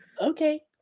okay